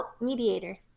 mediator